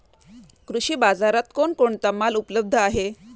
कृषी बाजारात कोण कोणता माल उपलब्ध आहे?